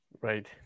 right